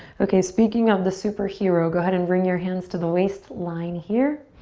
okay, speaking of the superhero, go ahead and bring your hands to the waistline here.